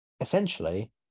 essentially